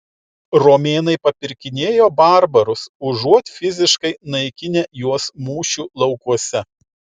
romėnai papirkinėjo barbarus užuot fiziškai naikinę juos mūšių laukuose